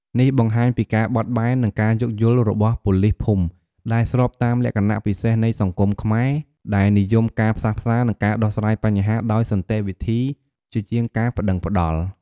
នេះបង្ហាញពីការបត់បែន និងការយោគយល់របស់ប៉ូលីសភូមិ ដែល ស្របតាមលក្ខណៈពិសេសនៃសង្គមខ្មែរ ដែលនិយមការផ្សះផ្សា និងការដោះស្រាយបញ្ហាដោយសន្តិវិធីជាជាងការប្តឹងប្តល់។